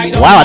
Wow